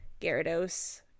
gyarados